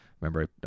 Remember